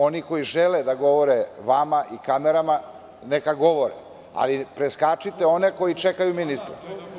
Oni koji žele da govore vama i kamerama, neka govore, ali preskačite one koji čekaju ministra.